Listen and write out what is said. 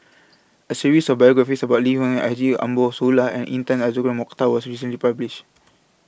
A series of biographies about Lee Wung Haji Ambo Sooloh and Intan Azura Mokhtar was recently published